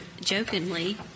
jokingly